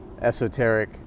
esoteric